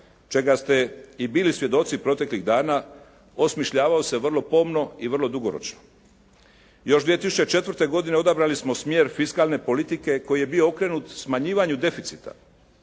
čega ste i bili svjedoci proteklih dana osmišljavao se vrlo pomno i vrlo dugoročno. Još 2004. godine odabrali smo smjer fiskalne politike koji je bio okrenut smanjivanju deficita